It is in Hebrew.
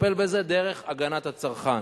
לטפל בזה דרך הגנת הצרכן.